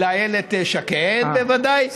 לאיילת שקד, בוודאי.